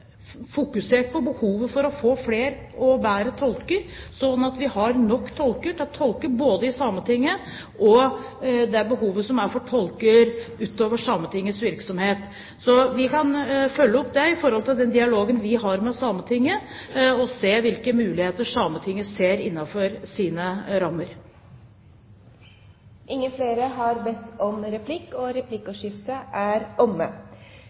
fokusert på behovet for å få flere og bedre tolker sånn at vi har nok tolker til å tolke i Sametinget og til å dekke det behovet som er for tolker utover Sametingets virksomhet. Vi kan følge opp det i forhold til den dialogen vi har med Sametinget, og se hvilke muligheter Sametinget ser innenfor sine rammer. Replikkordskiftet er omme.